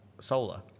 Solar